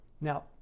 Now